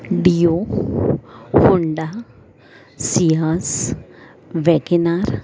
do Honda શિંહાસ Wagon R